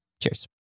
Cheers